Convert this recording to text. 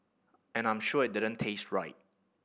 and I'm sure it didn't taste right